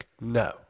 No